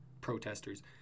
protesters